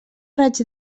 raig